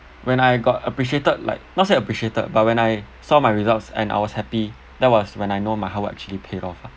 when I got appreciated like not say appreciated but when I saw my results and I was happy that was when I know my hard work actually paid off lah